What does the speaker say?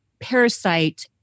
Parasite